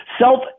self